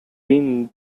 been